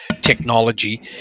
technology